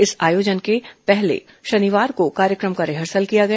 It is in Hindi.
इस आयोजन के पहले शनिवार को कार्यक्रम का रिहर्सल किया गया